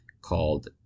called